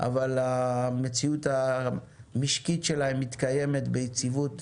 אבל המציאות המשקית שלהם מתקיימת ביציבות.